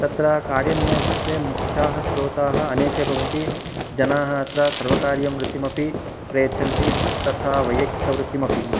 तत्र कार्यनियतत्वे मुख्याः स्रोताः अनेके भवन्ति जनाः अत्र सर्वकारीयां वृत्तिमपि प्रयच्छन्ति तथा वैयक्तिकवृत्तिमपि